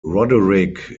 roderick